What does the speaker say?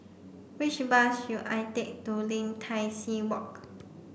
which bus should I take to Lim Tai See Walk